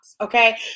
okay